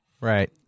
Right